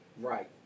Right